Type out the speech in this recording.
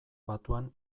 batuan